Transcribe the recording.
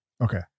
Okay